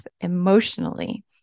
emotionally